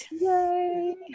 Yay